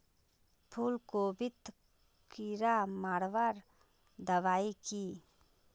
फूलगोभीत कीड़ा मारवार दबाई की?